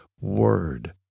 Word